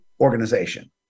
organization